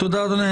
תודה, אדוני.